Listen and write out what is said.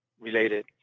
related